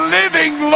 living